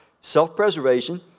self-preservation